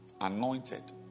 anointed